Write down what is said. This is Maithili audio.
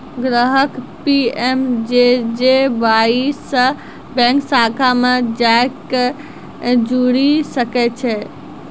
ग्राहक पी.एम.जे.जे.वाई से बैंक शाखा मे जाय के जुड़ि सकै छै